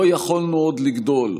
לא יכולנו עוד לגדול,